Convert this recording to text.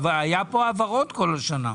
אבל היו כאן העברות במשך כל השנה.